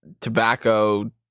tobacco